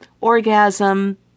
orgasm